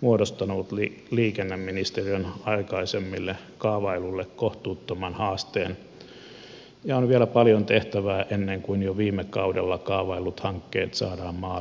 muodostaneet liikenneministeriön aikaisemmille kaavailuille kohtuuttoman haasteen ja on vielä paljon tehtävää ennen kuin jo viime kaudella kaavaillut hankkeet saadaan maaliin